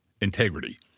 integrity